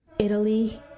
Italy